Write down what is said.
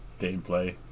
gameplay